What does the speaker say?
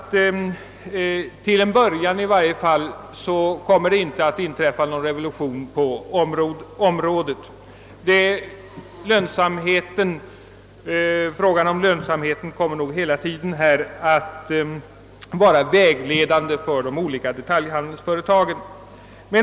Till en början torde det emellertid inte medföra någon revolution på området. Frågan om lönsamheten kommer nog hela tiden av vara vägledande för de olika detaljhandelsföretagen.